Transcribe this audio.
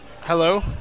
Hello